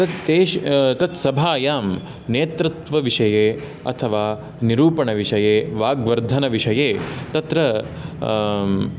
तत् तेषु तत्सभायां नेतृत्वविषये अथवा निरूपणविषये वाग्वर्धनविषये तत्र